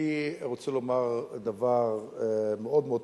אני רוצה לומר דבר מאוד פשוט: